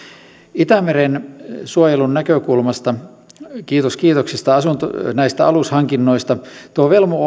itämeren suojelun näkökulmasta kiitos kiitoksista näistä alushankinnoista tuo velmu